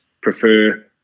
prefer